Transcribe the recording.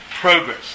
Progress